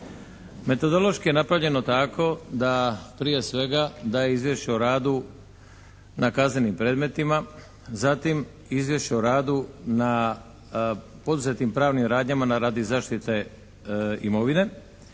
Metodološki je napravljeno tako da prije svega daje izvješće o radu na kaznenim predmetima, zatim izvješće o radu na poduzetim pravnim radnjama radi zaštite imovine,